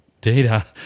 data